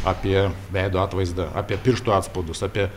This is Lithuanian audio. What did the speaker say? apie veido atvaizdą apie pirštų atspaudus apie